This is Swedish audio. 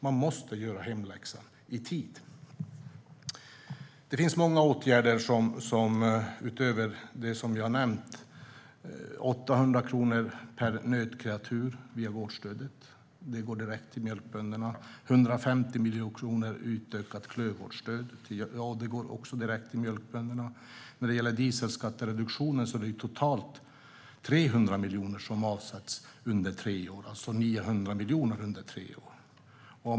Man måste göra hemläxan i tid. Det finns många åtgärder utöver det som vi har nämnt. 800 kronor per nötkreatur via gårdsstödet går direkt till mjölkbönderna. 150 miljoner kronor i utökat klövvårdsstöd går också direkt till mjölkbönderna. När det gäller dieselskattereduktionen är det totalt 300 miljoner som avsätts per år, alltså 900 miljoner under tre år.